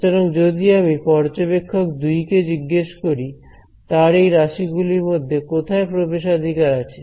সুতরাং যদি আমি পর্যবেক্ষক 2 কে জিজ্ঞেস করি তার এই রাশি গুলির মধ্যে কোথায় প্রবেশাধিকার আছে